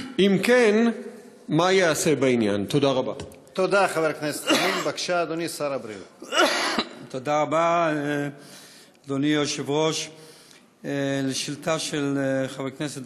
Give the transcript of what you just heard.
2. אם כן, מה ייעשה בעניין?